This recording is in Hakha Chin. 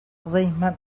zeihmanh